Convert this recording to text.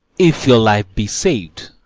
if your life be saved,